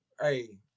hey